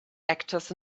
actors